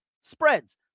spreads